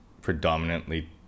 predominantly